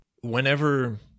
Whenever